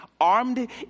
armed